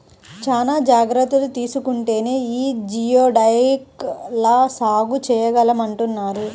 చానా జాగర్తలు తీసుకుంటేనే యీ జియోడక్ ల సాగు చేయగలమంటన్నారు